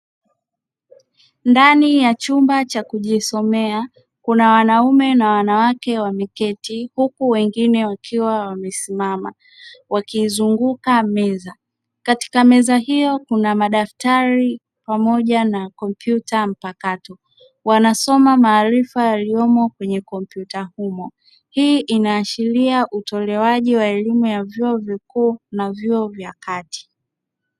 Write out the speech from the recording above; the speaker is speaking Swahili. Ndani ya chumba cha kujisomea kuna wanaume na wanawake wameketi, huku wengine wakiwa wamesimama wakiizunguka meza. Katika meza hiyo kuna madaftari pamoja na kompyuta mpakato, wanasoma maarifa yaliyomo kwenye kompyuta humo. Hii inaashiria utolewaji wa elimu ya vyuo vikuu na vyuo vya kati.